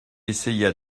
essaya